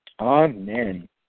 Amen